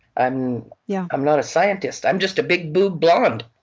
i'm yeah i'm not a scientist. i'm just a big boob, blonde